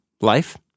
life